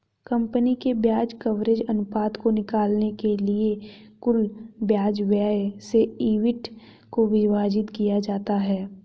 company के ब्याज coverage अनुपात को निकालने के लिए कुल ब्याज व्यय से ईबिट को विभाजित किया जाता है